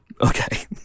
Okay